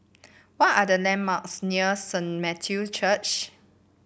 what are the landmarks near Saint Matthew Church